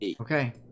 Okay